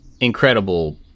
incredible